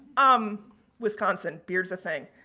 um wisconsin, beer's a thing.